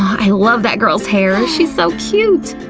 i love that girl's hair, and she's so cute.